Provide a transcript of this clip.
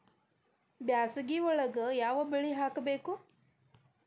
ಬ್ಯಾಸಗಿ ಒಳಗ ಯಾವ ಬೆಳಿ ಹಾಕಬೇಕು?